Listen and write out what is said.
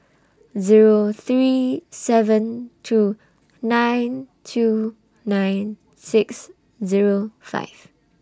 Zero three seven two nine two nine six Zero five